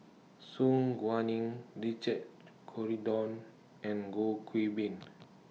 Su Guaning Richard Corridon and Goh Qiu Bin